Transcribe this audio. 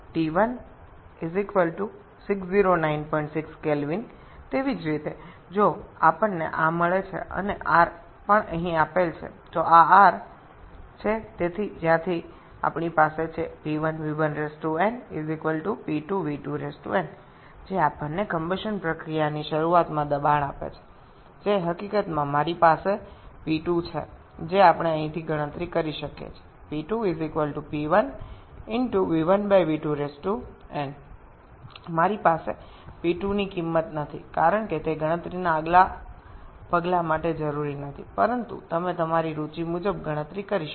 আপনি এটি প্রতিস্থাপন করেন তবে T1 6096 K একইভাবে আমরা যদি এটি পাই এবং R ও এখানে দেওয়া এটি হল R সেখান থেকে আমাদের রয়েছে 𝑃1𝑣1𝑛 𝑃2𝑣2𝑛 যা আমাদের জ্বলন প্রক্রিয়া শুরুতে চাপ দেয় আসলে আমার কাছে P2 রয়েছে যা আমরা এখান থেকে গণনা করতে পারি 𝑃2 𝑃1 v1v2n আমার কাছে P2 এর মান নেই কারণ এটি পরবর্তী ধাপের গণনার জন্য প্রয়োজনীয় নয় তবে আপনি আপনার আগ্রহ অনুসারে গণনা করতে পারেন